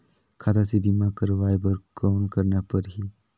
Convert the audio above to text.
खाता से बीमा करवाय बर कौन करना परही?